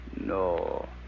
No